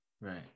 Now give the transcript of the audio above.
right